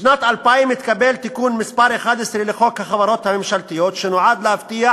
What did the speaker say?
בשנת 2000 התקבל תיקון מס' 11 לחוק החברות הממשלתיות שנועד להבטיח